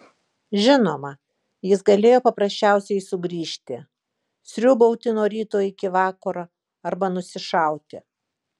žinoma jis galėjo paprasčiausiai sugižti sriūbauti nuo ryto iki vakaro arba nusišauti